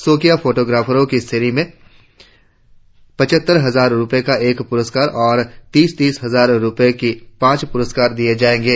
शौकिया फोटोग्राफरों की श्रेणी में पचहत्तर हजार रुपये का एक पुरस्कार और तीस तीस हजार रुपये के पांच प्रस्कार दिए जाएंगे